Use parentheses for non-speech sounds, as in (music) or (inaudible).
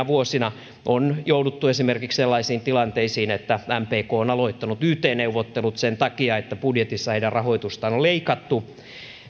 (unintelligible) vuosina on jouduttu esimerkiksi sellaisiin tilanteisiin että mpk on aloittanut yt neuvottelut sen takia että budjetissa heidän rahoitustaan on leikattu